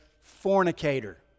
fornicator